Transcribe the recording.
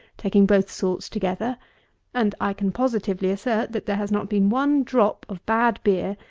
taking both sorts together and i can positively assert, that there has not been one drop of bad beer,